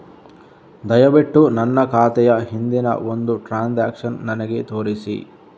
ದಯವಿಟ್ಟು ನನ್ನ ಖಾತೆಯ ಹಿಂದಿನ ಐದು ಟ್ರಾನ್ಸಾಕ್ಷನ್ಸ್ ನನಗೆ ತೋರಿಸಿ